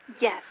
yes